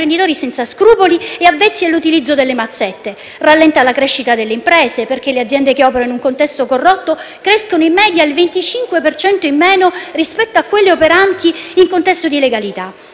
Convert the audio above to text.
imprenditori senza scrupoli e avvezzi all'utilizzo delle mazzette; rallenta la crescita delle imprese, perché le aziende che operano in un contesto corrotto crescono in media del 25 per cento in meno rispetto a quelle operanti in un contesto di legalità;